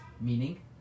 meaning